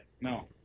no